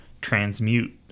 transmute